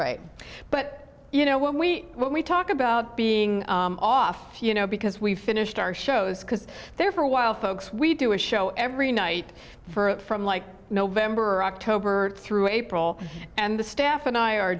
right but you know when we when we talk about being off you know because we finished our shows because there for a while folks we do a show every night for from like november october through april and the staff and i are